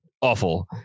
awful